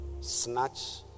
snatch